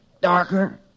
darker